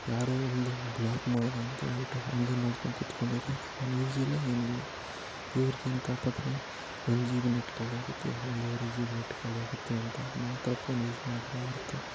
ಯಾರೋ ಒಂದು ಬ್ಲಾಗ್ ಮಾಡಿದ ಅಂತೇಳ್ಬಿಟ್ಟು ಅವ್ನದೇ ನೋಡ್ಕೊಂ ಕೂತ್ಕೊಂಡಿರೋದು ಅವ್ನು ಯೂಸ್ ಇಲ್ಲ ಏನಿಲ್ಲ ಇವ್ರ್ಗೇನು ತಾಪತ್ರೆ ಒಂದು ಜಿ ಬಿ ನೆಟ್ ಖಾಲಿಯಾಗತ್ತೆ ಒಂದುವರೆ ಜಿ ಬಿ ನೆಟ್ ಖಾಲಿಯಾಗತ್ತೆ ಅಂತ ಮಾತ್ರ ಫೋನ್ ಯೂಸ್ ಮಾಡಿದ್ರೆ ಹೊರ್ತು